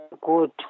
good